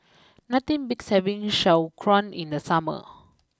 nothing beats having Sauerkraut in the summer